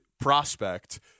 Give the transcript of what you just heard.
prospect